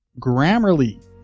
Grammarly